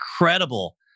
incredible